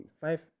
five